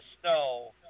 snow